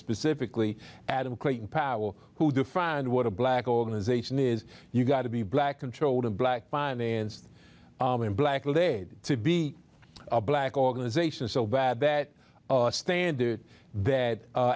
specifically adam clayton powell who defined what a black organization is you got to be black controlled and black violence and black lead to be a black organization so bad that standard that a